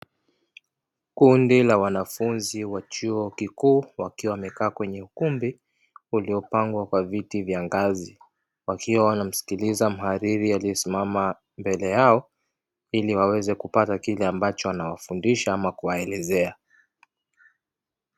Kundi la wanafunzi wa chuo kikuu wakiwa wamekaa kwenye ukumbi uliopangwa kwa viti vya ngazi, wakiwa wanamsikiliza mhadhiri aliyesimama mbele yao ili waweze kupata kile ambacho anawafundisha ama kuwaelezea.